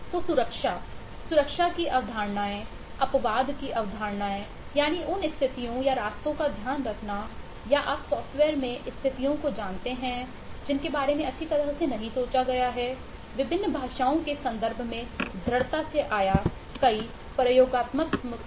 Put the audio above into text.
तो सुरक्षा सुरक्षा की अवधारणाएं अपवाद की अवधारणाएं यानी उन स्थितियों या रास्तों का ध्यान रखना या आप सॉफ्टवेयर में स्थितियों को जानते हैं जिनके बारे में अच्छी तरह से नहीं सोचा गया विभिन्न भाषाओं के संदर्भ में दृढ़ता से आया कई प्रयोगात्मक भाषाएं हुईं